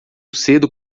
cedo